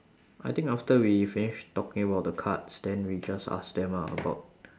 I think after we finish talking about the cards then we just ask them ah about